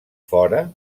fora